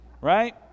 right